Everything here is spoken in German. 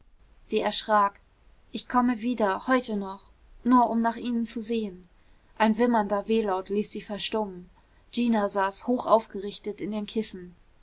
sie erschrak ich komme wieder heute noch nur um nach ihnen zu sehen ein wimmernder wehlaut ließ sie verstummen gina saß hoch aufgerichtet in den kissen